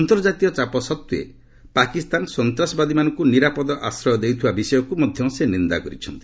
ଅନ୍ତର୍ଜାତୀୟ ଚାପ ସତ୍ତ୍ୱେ ପାକିସ୍ତାନ ସନ୍ତାସବାଦୀମାନଙ୍କୁ ନିରାପଦ ଆଶ୍ରୟ ଦେଉଥିବା ବିଷୟକୁ ମଧ୍ୟ ସେ ନିନ୍ଦା କରିଛନ୍ତି